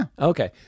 okay